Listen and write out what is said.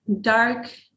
dark